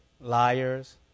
Liars